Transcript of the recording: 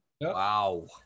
Wow